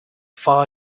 far